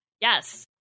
Yes